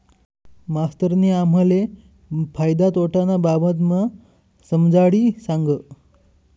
मास्तरनी आम्हले फायदा तोटाना बाबतमा समजाडी सांगं